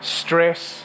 stress